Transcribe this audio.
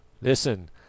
Listen